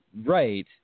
Right